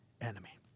enemy